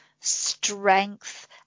strength